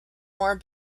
more